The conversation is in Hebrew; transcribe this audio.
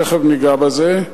ותיכף ניגע בזה,